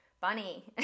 Bunny